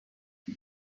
are